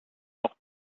noch